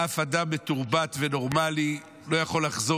אף אדם מתורבת ונורמלי לא יכול לחזור